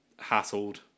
hassled